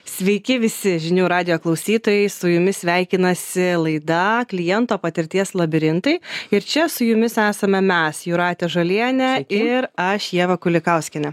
sveiki visi žinių radijo klausytojai su jumis sveikinasi laida kliento patirties labirintai ir čia su jumis esame mes jūratė žalienė ir aš ieva kulikauskienė